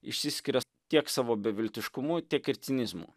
išsiskiria tiek savo beviltiškumu tiek ir cinizmu